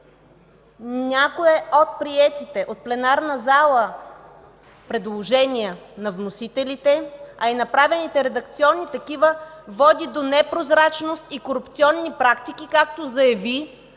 някое от приетите от пленарната зала предложения на вносителите, а и направените редакционни такива, води до непрозрачност и корупционни практики, както заяви